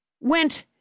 went